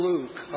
Luke